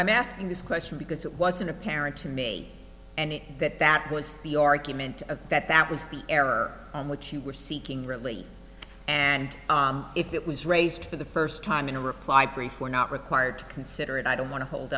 i'm asking this question because it wasn't apparent to me and it that that was the argument that that was the error on which you were seeking relief and if it was raised for the first time in a reply brief or not required to consider it i don't want to hold